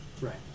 Right